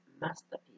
masterpiece